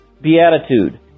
beatitude